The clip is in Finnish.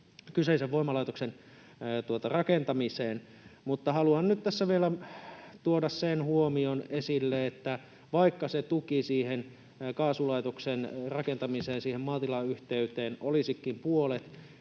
kyseisen voimalaitoksen rakentamiseen. Mutta haluan nyt tässä vielä tuoda esille sen huomion, että vaikka se tuki siihen kaasulaitoksen rakentamiseen siihen maatilan yhteyteen olisikin puolet,